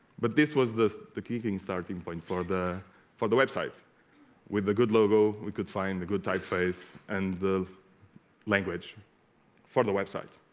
but this was the the qicang starting point for the for the website with the good logo we could find a good typeface and the language for the website